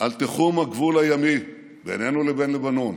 על תיחום הגבול הימי בינינו לבין לבנון,